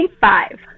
five